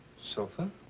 Sofa